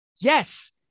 Yes